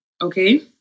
okay